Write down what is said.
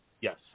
Yes